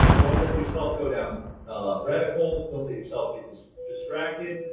don't let yourself go down rabbit holes. don't let yourself get distracted.